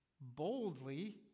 boldly